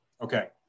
okay